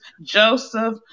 Joseph